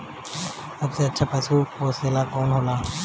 सबसे अच्छा पशु पोसेला कौन होला?